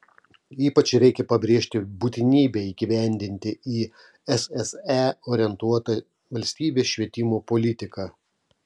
ypač reikia pabrėžti būtinybę įgyvendinti į sse orientuotą valstybės švietimo politiką